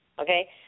Okay